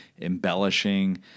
embellishing